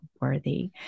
worthy